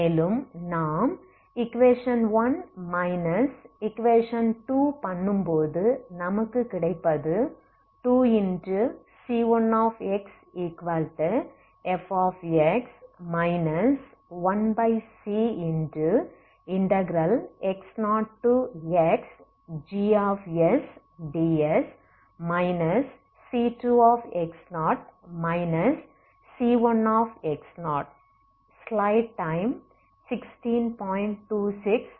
மேலும் நாம் eq1 eqபண்ணும்போது நமக்கு கிடைப்பது 2c1xfx 1cx0xgsds c2x0 c1